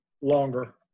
longer